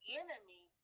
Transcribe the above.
enemy